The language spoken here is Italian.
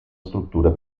struttura